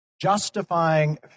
Justifying